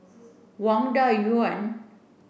Wang Dayuan